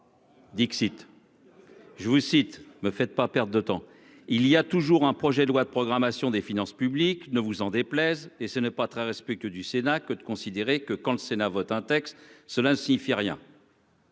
Dixit. Je vous cite me fait pas perte de temps. Il y a toujours un projet de loi de programmation des finances publiques ne vous en déplaise. Et ce n'est pas très respectueux du Sénat que de considérer que quand le Sénat vote un texte cela signifie rien.